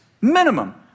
Minimum